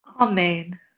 Amen